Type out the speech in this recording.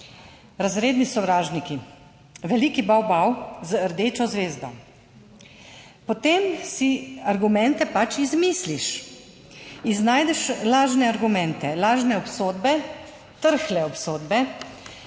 razredni sovražniki, veliki bav bav z rdečo zvezdo, potem si argumente pač izmisliš. Iznajdeš lažne argumente, lažne obsodbe, trhle obsodbe,